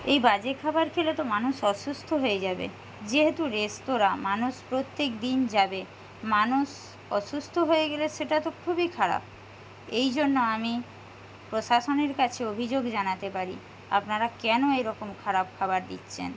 এই বাজে খাবার খেলে তো মানুষ আসুস্থ হয়ে যাবে যেহেতু রেস্তোরাঁ মানুষ প্রত্যেক দিন যাবে মানুষ অসুস্থ হয়ে গেলে সেটা তো খুবই খারাপ এই জন্য আমি প্রশাসনের কাছে অভিযোগ জানাতে পারি আপনারা কেন এরকম খারাপ খাবার দিচ্ছেন